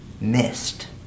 missed